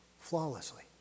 flawlessly